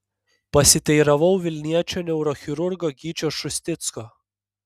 pasiteiravau vilniečio neurochirurgo gyčio šusticko